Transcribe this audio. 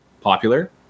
popular